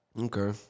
Okay